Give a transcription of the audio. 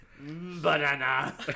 banana